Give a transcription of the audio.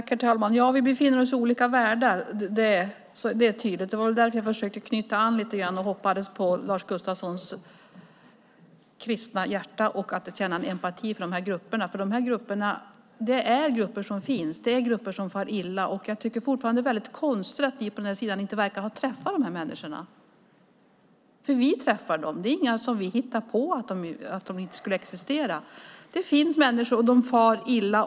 Herr talman! Vi befinner oss i olika världar. Det är tydligt. Det var därför jag försökte knyta an lite grann och hoppades på Lars Gustafssons kristna hjärta och att han skulle känna empati för de här grupperna. Det är grupper som finns och som far illa. Jag tycker fortfarande att det är väldigt konstigt att ni i majoriteten inte verkar ha träffat dessa människor. Vi träffar dem. Det är inga som vi hittar på. De finns och de far illa.